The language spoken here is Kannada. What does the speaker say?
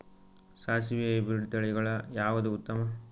ಸಾಸಿವಿ ಹೈಬ್ರಿಡ್ ತಳಿಗಳ ಯಾವದು ಉತ್ತಮ?